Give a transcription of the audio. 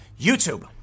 YouTube